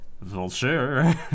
Vulture